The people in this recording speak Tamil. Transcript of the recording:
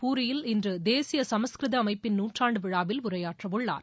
பூரியில் இன்று தேசிய சமஸ்கிருத அமைப்பின் நூற்றாண்டு விழாவில் உரையாற்றவுள்ளார்